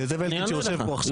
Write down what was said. לזאב אלקין שיושב פה עכשיו,